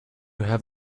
have